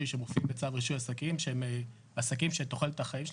שמופיעים בצו רישוי עסקים שהם עסקים שתוחלת החיים שלהם,